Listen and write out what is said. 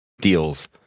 deals